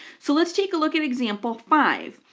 so let's take a look at example five.